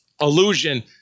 illusion